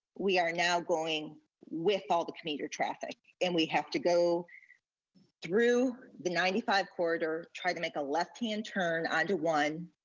we are now going with all the commuter traffic, and we have to go through the ninety five corridor, try to make a left-hand turn on to one,